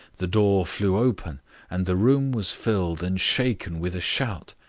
the door flew open and the room was filled and shaken with a shout,